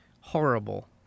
horrible